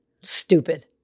Stupid